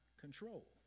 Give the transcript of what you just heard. control